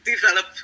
develop